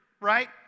right